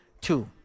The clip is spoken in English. Two